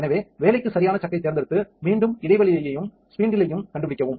எனவே வேலைக்கு சரியான சக்கைத் தேர்ந்தெடுத்து மீண்டும் இடைவெளியையும் ஸ்பீண்டில் ஐயும் கண்டுபிடிக்கவும்